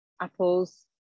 apples